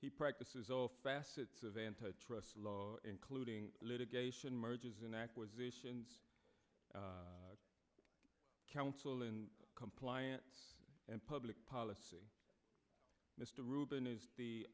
he practices all facets of antitrust law including litigation mergers and acquisitions council in compliance and public policy mr rubin is the